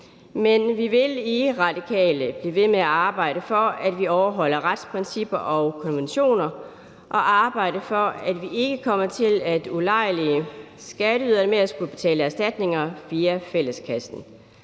Men vi vil i Radikale blive ved med at arbejde for, at vi overholder retsprincipper og konventioner, og arbejde for, at vi ikke kommer til at ulejlige skatteyderne med at skulle betale erstatninger via fælleskassen.